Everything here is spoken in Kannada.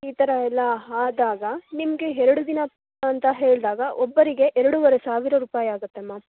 ಈ ಥರ ಎಲ್ಲ ಆದಾಗ ನಿಮಗೆ ಎರಡು ದಿನ ಅಂತ ಹೇಳಿದಾಗ ಒಬ್ಬರಿಗೆ ಎರಡುವರೆ ಸಾವಿರ ರೂಪಾಯಿ ಆಗುತ್ತೆ ಮಾಮ್